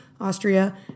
Austria